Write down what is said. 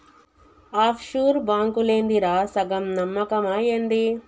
half sure బాంకులేందిరా, సగం నమ్మకమా ఏంది